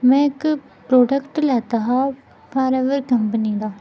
में इक प्रोडक्ट लैता हा फारऐवर कंपनी दा